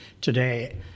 Today